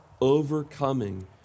overcoming